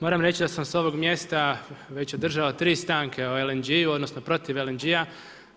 Moram reći da sam s ovog mjesta već održao 3 stanke o LNG-u odnosno protiv LNG-a.